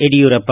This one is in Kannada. ಯಡಿಯೂರಪ್ಪ